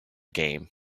game